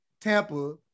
Tampa